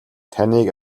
таныг